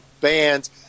bands